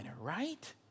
right